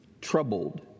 troubled